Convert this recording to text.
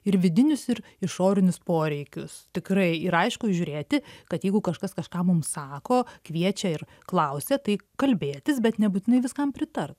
ir vidinius ir išorinius poreikius tikrai ir aišku žiūrėti kad jeigu kažkas kažką mum sako kviečia ir klausia tai kalbėtis bet nebūtinai viskam pritart